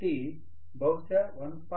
కాబట్టి బహుశా 1